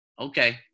Okay